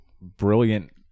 brilliant